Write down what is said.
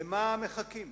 למה מחכים?